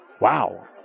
wow